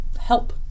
help